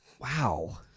Wow